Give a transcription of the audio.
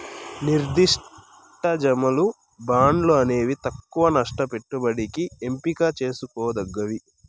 నిర్దిష్ట జమలు, బాండ్లు అనేవి తక్కవ నష్ట పెట్టుబడికి ఎంపిక చేసుకోదగ్గవి